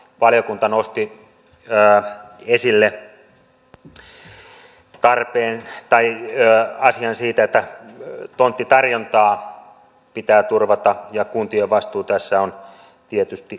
valiokunta nosti esille asian siitä että tonttitarjontaa pitää turvata ja kuntien vastuu tässä on tietysti suuri